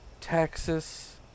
Texas